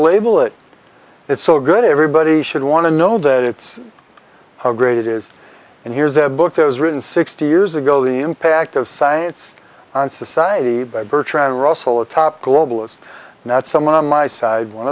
label it it's so good everybody should want to know that it's how great it is and here's a book that was written sixty years ago the impact of science on society by bertrand russell a top globalist and that someone on my side one